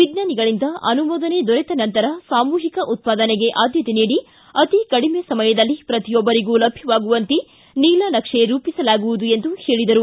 ವಿಜ್ಞಾನಿಗಳಿಂದ ಅನುಮೋದನೆ ದೊರೆತ ನಂತರ ಸಾಮೂಹಿಕ ಉತ್ಪಾದನೆಗೆ ಆದ್ಯತೆ ನೀಡಿ ಅತಿ ಕಡಿಮೆ ಸಮಯದಲ್ಲಿ ಪ್ರತಿಯೊಬ್ಬರಿಗೂ ಲಭ್ಯವಾಗುಂತೆ ನೀಲನಕ್ಷೆ ರೂಪಿಸಲಾಗುವುದು ಎಂದು ಹೇಳಿದರು